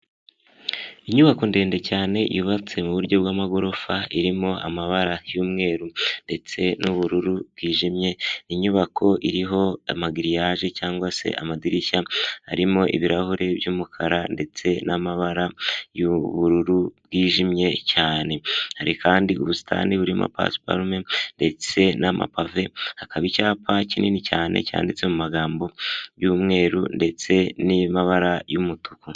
Inyubako ndende cyane yubatse mu buryo bw'amagorofa irimo amabara y'umweru ndetse n'ubururu bwijimye, inyubako iriho amagiriyaje cyangwa se amadirishya arimo ibirahuri by'umukara ndetse n'amabara y'ubururu bwijimye cyane, hari kandi ubusitani burimo pasuparume ndetse n'amapave hakaba icyapa kinini cyane cyanditse mu magambo y'umweru ndetse n'amabara y'umutuku.